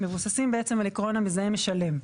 מבוססים בעצם על עיקרון המזהה משלם.